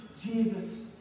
Jesus